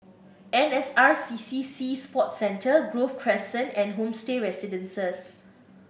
N S R C C Sea Sports Centre Grove Crescent and Homestay Residences